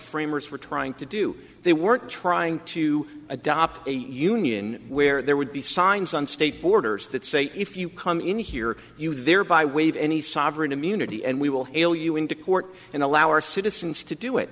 framers were trying to do they weren't trying to adopt a union where there would be signs on state borders that say if you come in here you thereby waive any sovereign immunity and we will hail you into court and allow our citizens to do it